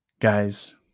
guys